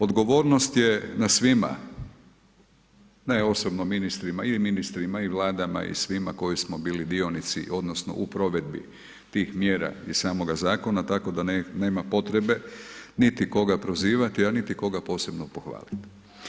Odgovornost je na svima ne osobno ministrima i ministrima i vladama i svima koji smo bili dionici odnosno u provedbi tih mjera i samoga zakona tako da nema potrebe niti koga prozivati, a niti koga posebno pohvaliti.